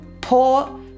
poor